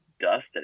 dusted